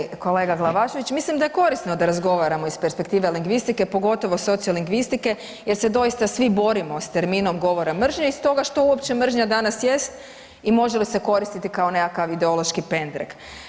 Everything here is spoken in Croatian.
Uvaženi kolega Glavaševići, mislim da je korisno da razgovaramo iz perspektive lingvistike pogotovo sociolingvistike jer se doista svi borimo sa terminom govora mržnje i stoga što uopće mržnja danas jest i može li se koristiti kao nekakav ideološki pendrek.